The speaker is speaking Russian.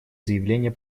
заявление